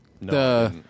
No